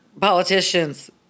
politicians